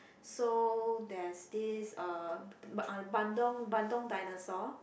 so there's this uh b~ uh Bandung Bandung dinosaur